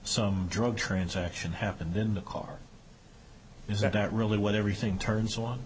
some drug transaction happened in the car is that really when everything turns on